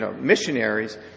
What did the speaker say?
missionaries